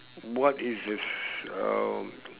what is the uh